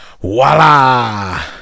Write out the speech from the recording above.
voila